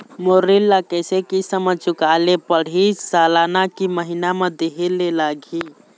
मोर ऋण ला कैसे किस्त म चुकाए ले पढ़िही, सालाना की महीना मा देहे ले लागही?